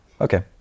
okay